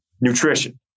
nutrition